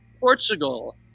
Portugal